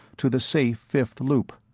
to the safe fifth loop.